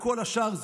לכל השאר,